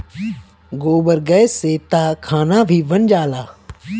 गोबर गैस से तअ खाना भी बन जाला